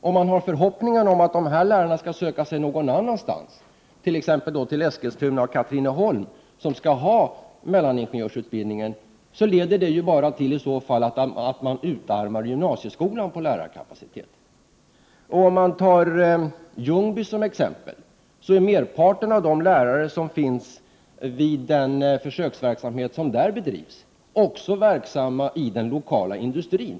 Om man har förhoppningar om att dessa lärare skall söka sig någon annanstans, till exempelvis Eskilstuna och Katrineholm, där mellaningenjörsutbildningen kommer att bedrivas, så leder detta i så fall bara till att man utarmar gymnasieskolan på lärarkapacitet. Om man ser på Ljungby kan man konstatera att merparten av de lärare som ingår i den försöksverksamhet som bedrivs där också är verksamma i den lokala industrin.